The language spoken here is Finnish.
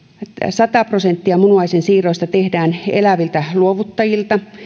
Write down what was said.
sata prosenttia munuaisensiirroista tehdään eläviltä luovuttajilta